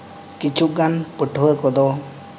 ᱠᱤᱪᱷᱩᱜᱟᱱ ᱯᱟᱹᱴᱷᱩᱣᱟᱹ ᱠᱚᱫᱚ